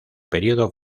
periodo